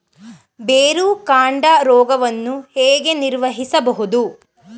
ಬೇರುಕಾಂಡ ರೋಗವನ್ನು ಹೇಗೆ ನಿರ್ವಹಿಸಬಹುದು?